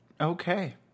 Okay